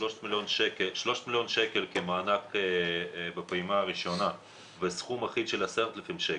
שלושה מיליון שקל כמענק בפעימה הראשונה בסכום אחיד של 10,000 שקל,